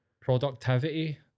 productivity